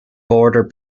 border